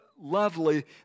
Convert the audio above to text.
lovely